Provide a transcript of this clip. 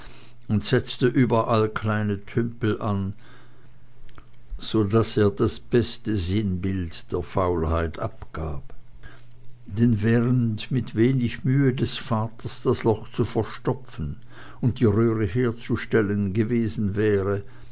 und setzte überall kleine tümpel an so daß er das beste sinnbild der faulheit abgab denn während mit wenig mühe des vaters das loch zu verstopfen und die röhre herzustellen gewesen wäre